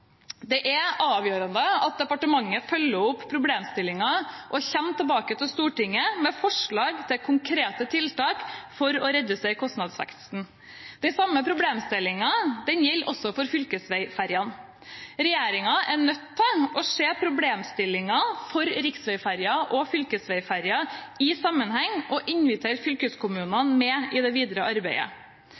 Det er avgjørende at departementet følger opp problemstillingen og kommer tilbake til Stortinget med forslag til konkrete tiltak for å redusere kostnadsveksten. Den samme problemstillingen gjelder også for fylkesveiferjene. Regjeringen er nødt til å se problemstillingen for riksveiferjer og fylkesveiferjer i sammenheng og invitere fylkeskommunene med i det videre arbeidet.